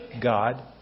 God